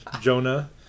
Jonah